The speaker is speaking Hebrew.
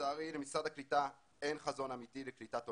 לצערי למשרד הקליטה אין חזון אמיתי לקליטת עולים.